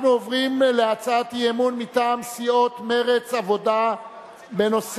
אנחנו עוברים להצעת האי-אמון מטעם סיעות מרצ והעבודה בנושא: